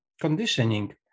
conditioning